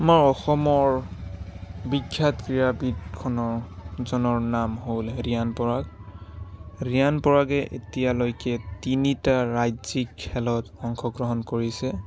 আমাৰ অসমৰ বিখ্যাত ক্ৰীড়াবিদ খনৰ জনৰ নাম হ'ল ৰিয়ান পৰাগ ৰিয়ান পৰাগে এতিয়া লৈকে তিনিটা ৰাজ্যিক খেলত অংশগ্ৰহণ কৰিছে